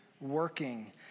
working